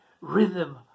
rhythm